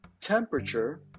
temperature